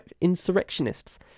insurrectionists